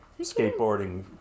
skateboarding